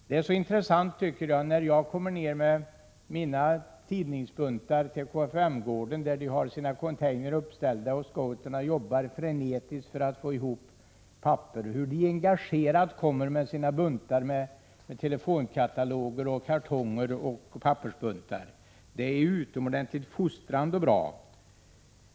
Det är intressant att se, tycker jag, när jag kommer ned med mina tidningsbuntar till KFUM-gården, där det finns containrar 69 uppställda, hur scouterna jobbar frenetiskt för att få ihop papper, hur de engagerat kommer med telefonkataloger, kartonger och pappersbuntar. Det är utomordentligt fostrande och bra.